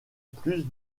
plus